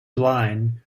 blind